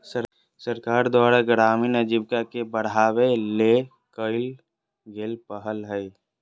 सरकार द्वारा ग्रामीण आजीविका के बढ़ावा ले कइल गेल पहल हइ